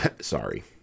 Sorry